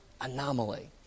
anomaly